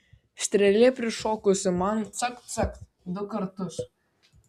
strėlė prišokusi man cakt cakt du kartus